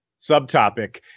subtopic